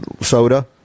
soda